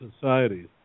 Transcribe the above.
societies